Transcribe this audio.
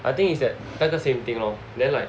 I think is at the same thing lor then like